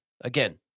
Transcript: again